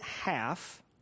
half